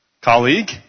colleague